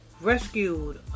rescued